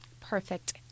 perfect